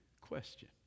question